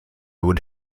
would